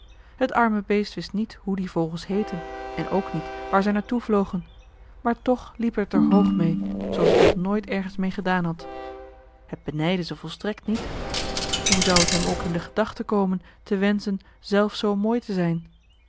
het arme beest wist niet hoe die vogels heetten ook niet waar zij naar toe vlogen maar toch liep het er hoog mee zooals het nog nooit ergens mee gedaan had het benijdde ze volstrekt niet hoe zou het hem ook in de gedachten komen te wenschen zelf zoo mooi te zijn